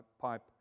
pipe